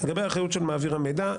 לגבי האחריות על מעביר המידע.